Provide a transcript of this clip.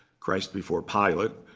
christ before pilate,